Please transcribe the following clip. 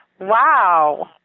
Wow